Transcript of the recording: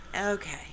okay